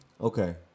Okay